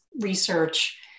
research